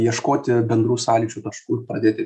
ieškoti bendrų sąlyčio taškų ir pradėti